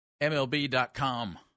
MLB.com